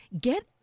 get